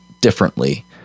differently